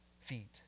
feet